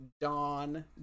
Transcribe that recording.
Dawn